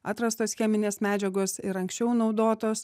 atrastos cheminės medžiagos ir anksčiau naudotos